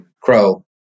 crow